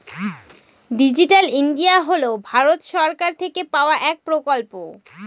digital India হল ভারত সরকার থেকে পাওয়া এক প্রকল্প